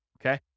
okay